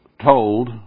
told